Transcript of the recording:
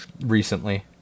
recently